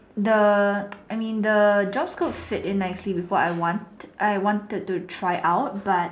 the I mean the job scope fit in nicely with what I want I wanted to try out but